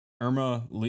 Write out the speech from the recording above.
irma